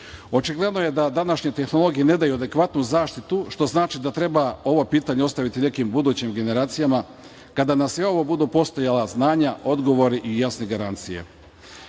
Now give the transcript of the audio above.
Očigledno je da današnje tehnologije ne daju adekvatnu zaštitu, što znači da treba ova pitanja ostaviti nekim budućim generacijama, a kada za sve ovo budu postojala znanja, odgovori i jasne garancije. Voleo